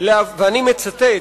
ואני מצטט: